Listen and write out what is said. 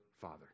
Father